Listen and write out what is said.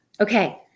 Okay